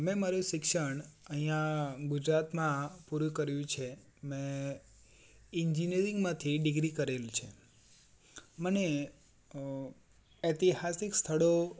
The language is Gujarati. મેં મારું શિક્ષણ અહીંયા ગુજરાતમાં પૂરું કર્યું છે મેં ઈન્જિનયરિંગમાંથી ડિગ્રી કરેલ છે મને ઐતિહાસિક સ્થળો